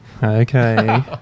Okay